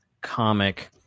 comic